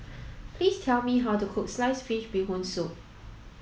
please tell me how to cook sliced fish bee hoon soup